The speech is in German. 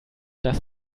dass